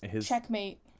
Checkmate